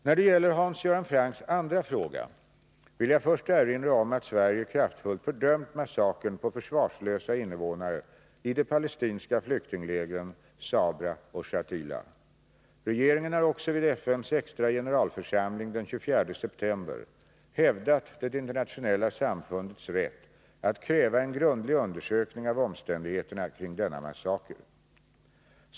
När det gäller Hans Göran Francks andra fråga vill jag först erinra om att Sverige kraftfullt fördömt massakern på försvarslösa invånare i de palestinska flyktinglägren Sabra och Shatila. Regeringen har också vid FN:s extra generalförsamling den 24 september hävdat det internationella samfundets rätt att kräva en grundlig undersökning av omständigheterna kring denna massaker.